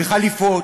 וחליפות,